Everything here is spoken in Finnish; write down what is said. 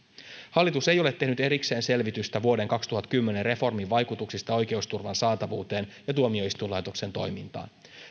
hallitus ei ole tehnyt erikseen selvitystä vuoden kaksituhattakymmenen reformin vaikutuksista oikeusturvan saatavuuteen ja tuomioistuinlaitoksen toimintaan